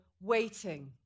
waiting